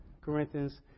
Corinthians